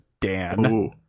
Dan